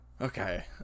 okay